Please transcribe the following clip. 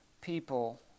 people